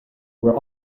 were